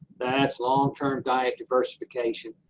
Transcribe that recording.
that's long-term diet diversification.